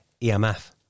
EMF